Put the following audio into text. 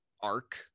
arc